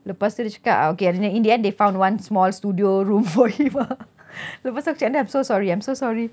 lepas tu dia cakap ah okay and then in the end they found one small studio room for him ah lepas tu aku cakap dengan dia I'm so sorry I'm so sorry